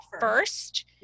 first